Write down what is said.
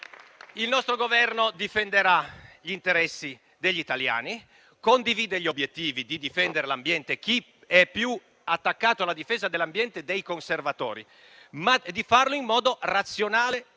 Il nostro Governo difenderà gli interessi degli italiani e condivide gli obiettivi di difendere l'ambiente (chi è più attaccato alla difesa dell'ambiente dei conservatori?), ma bisogna farlo in modo razionale,